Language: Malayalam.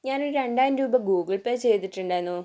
ഞാൻ ഒരു രണ്ടായിരം രൂപ ഗൂഗിൾ പേ ചെയ്തിട്ടുണ്ടായിരുന്നു